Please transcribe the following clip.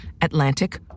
Atlantic